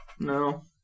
No